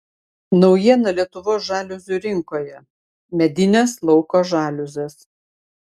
naujiena lietuvos žaliuzių rinkoje medinės lauko žaliuzės